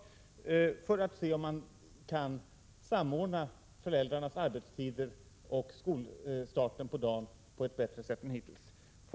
Därmed skulle föräldrarnas arbetstider och barnens skolstart på dagen kunna samordnas på ett bättre sätt än hittills.